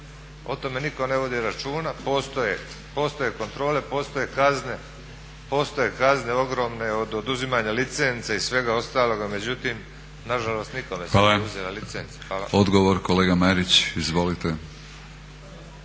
O tome nitko ne vodi računa. Postoje kontrole, postoje kazne, postoje kazne ogromne, od oduzimanja licence i svega ostaloga, međutim nažalost nikome se ne oduzima licenca. **Batinić, Milorad (HNS)** Hvala. Odgovor kolega Marić, izvolite.